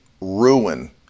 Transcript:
ruin